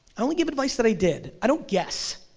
i only give advice that i did, i don't guess.